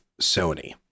Sony